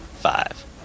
Five